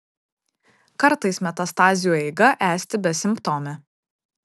kartais metastazių eiga esti besimptomė